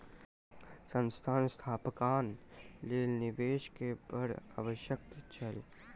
संस्थान स्थापनाक लेल निवेश के बड़ आवश्यक छल